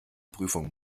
prüfung